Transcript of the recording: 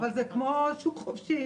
זה כמו שוק חופשי.